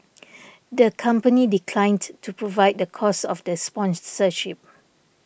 the company declined to provide the cost of the sponsorship